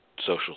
social